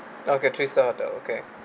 okay three star although okay